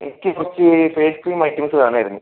എനിക്ക് കുറച്ച് face cream items വേണമായിരുന്നു